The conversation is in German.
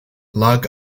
lag